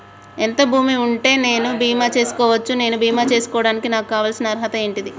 ఎంత భూమి ఉంటే నేను బీమా చేసుకోవచ్చు? నేను బీమా చేసుకోవడానికి నాకు కావాల్సిన అర్హత ఏంటిది?